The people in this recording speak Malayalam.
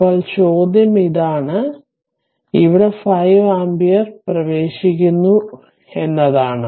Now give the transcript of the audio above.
ഇപ്പോൾ ചോദ്യം ഇതാണ് ഇവിടെ 5 ആമ്പിയർ കറന്റ് പ്രവേശിക്കുന്നു എന്നതാണ്